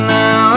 now